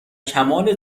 کمال